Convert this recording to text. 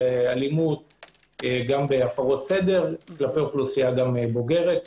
אלימות גם בהפרות סדר כלפי אוכלוסייה בוגרת.